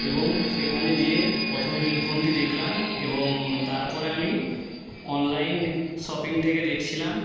এবং সেখানে গিয়ে প্রথমে হেডফোনটি দেখলাম এবং তারপরে আমি অনলাইন শপিং থেকে দেখছিলাম